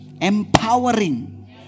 Empowering